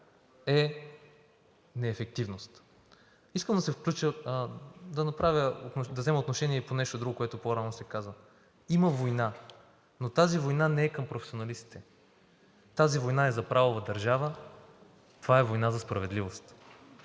е неефективност. Искам да взема отношение и по нещо друго, което по-рано се каза. Има война, но тази война не е към професионалистите. Тази война е за правова държава, това е война за справедливост,